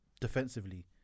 defensively